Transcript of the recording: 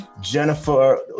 Jennifer